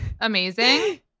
amazing